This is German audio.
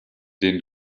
den